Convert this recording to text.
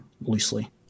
loosely